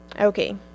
Okay